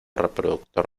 reproductor